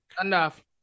Enough